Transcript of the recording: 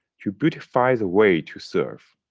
to beautify the way to serve.